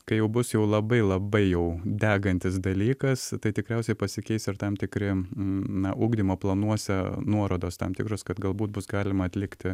kai jau bus jau labai labai jau degantis dalykas tai tikriausiai pasikeis ir tam tikri na ugdymo planuose nuorodos tam tikros kad galbūt bus galima atlikti